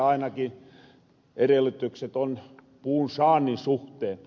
ainakin erellytykset on puunsaannin suhteen